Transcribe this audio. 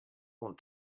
want